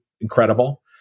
Incredible